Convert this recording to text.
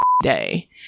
day